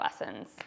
lessons